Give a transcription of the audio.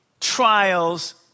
trials